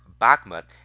Bakhmut